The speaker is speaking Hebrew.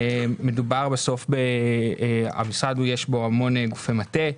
מדובר בסוף במשרד שיש בו המון גופי מטה,